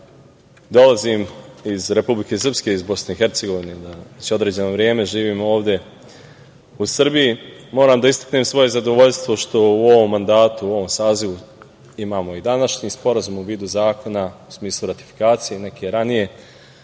da dolazim iz Republike Srpske, iz BiH, već određeno vreme živim ovde u Srbiji, moram da istaknem svoje zadovoljstvo što u ovom mandatu, u ovom sazivu imamo i današnji sporazum u vidu zakona, u smislu ratifikacije ranije